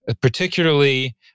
Particularly